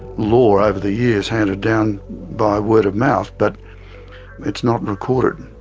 lore over the years handed down by word of mouth. but it's not recorded.